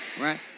Right